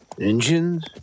engines